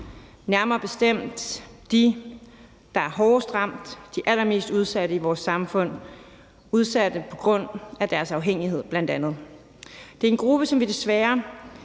nærmere bestemt de, der er hårdest ramt, de allermest udsatte i vores samfund – udsatte bl.a. på grund af deres afhængighed. Det er en gruppe, som vi desværre